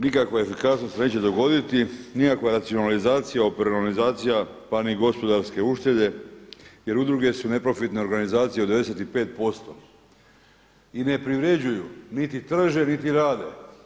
Nikakva efikasnost se neće dogoditi, nikakva racionalizacija, operacionalizacija pa ni gospodarske uštede jer udruge su neprofitne organizacije od 95% i ne privređuju, niti trže, niti rade.